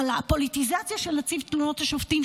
על הפוליטיזציה של נציב תלונות השופטים,